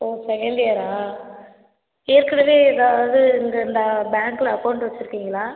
ஓ second இயரா ஏற்கனவே எதாவது இங்கே இந்த பேங்கில் அக்கௌண்ட் வச்சுருக்கீங்களா